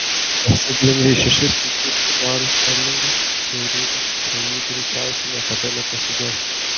pasiglemžei šešis tūkstančius svarų sterlingų kurių toji greičiausiai niekada nepasiges